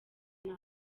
nabi